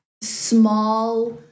small